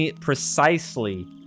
precisely